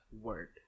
word